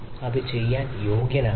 അത് ചെയ്യാൻ യോഗ്യനാണോ